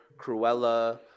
Cruella